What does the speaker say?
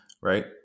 right